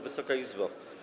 Wysoka Izbo!